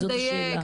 זאת השאלה.